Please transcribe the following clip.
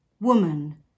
Woman